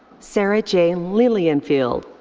sarah j. lilienfeld.